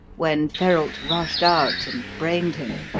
when ferralt rushed out and brained him.